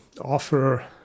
offer